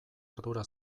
ardura